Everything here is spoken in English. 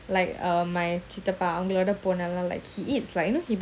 like uh my சித்தப்பா:chithapa like he eats like you know he buy mala he can buy like 大辣